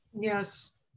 Yes